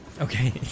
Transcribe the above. Okay